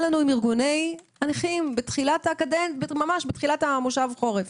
לנו עם ארגוני הנכים בתחילת מושב החורף,